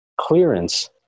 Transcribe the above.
clearance